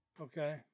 Okay